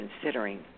considering